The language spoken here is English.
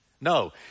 No